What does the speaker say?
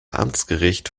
amtsgericht